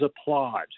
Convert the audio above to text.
applaud